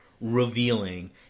revealing